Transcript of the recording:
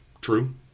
True